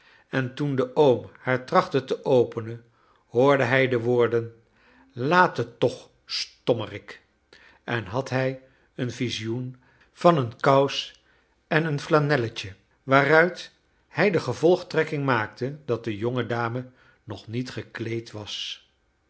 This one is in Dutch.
en toen de oom haar trachtte te openen hoorde hij de woorden laat het toch stommerik i en had hij een visioen van een kous en een flanelletje waaruit hij de gevolgtrekking maak te dat de jonge dame nog met gekleed was